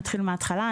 נתחיל מההתחלה,